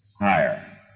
higher